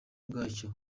bwacyo